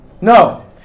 No